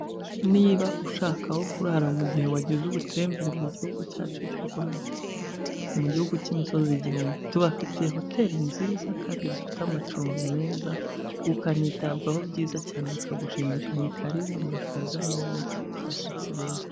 Niba ushaka aho kurara mu mu gihe wagize ubutembere mu gihugu cyacu cy'u Rwanda, mu gihugu cy'imisozi igihumbi. Tubafite hoteli nziza kandi zifite amacumbi meza ukanitabwaho byiza cyane bikagushimisha. Ni karibu murarakaza neza bashyitsi beza!